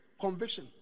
conviction